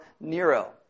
Nero